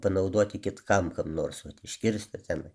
panaudoti kitkam kam nors iškirsti tenai